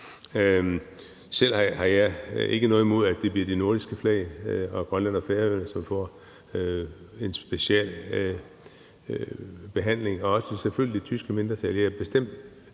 Selv har jeg ikke noget imod, at det bliver de nordiske flag og Grønland og Færøerne, som får en speciel behandling, selvfølgelig sammen med det tyske mindretal.